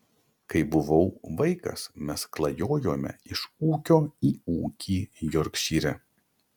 kai buvau vaikas mes klajojome iš ūkio į ūkį jorkšyre